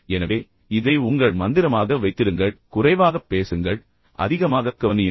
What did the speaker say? எனவே இதை உங்கள் மந்திரமாக வைத்திருங்கள் குறைவாகப் பேசுங்கள் அதிகமாகக்கவனியுங்கள் அதிகமாகக் கவனியுங்கள்